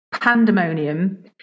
pandemonium